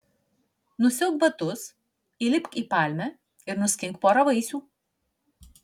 nusiauk batus įlipk į palmę ir nuskink porą vaisių